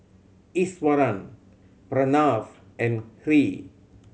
Iswaran Pranav and Three